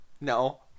No